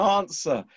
answer